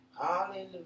Hallelujah